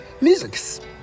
Music